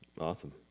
Awesome